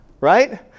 right